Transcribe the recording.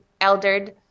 eldered